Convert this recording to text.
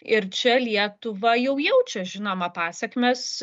ir čia lietuva jau jaučia žinoma pasekmes